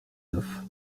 neuf